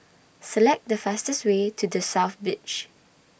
Select The fastest Way to The South Beach